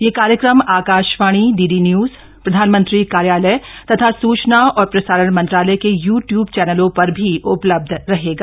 यह कार्यक्रम Akashvani DD news प्रधानमंत्री कार्यालय तथा सूचना और प्रसारण मंत्रालय के यू ट्यूब चम्रलों पर भी उपलब्ध रहेगा